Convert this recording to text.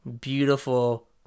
beautiful